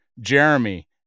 Jeremy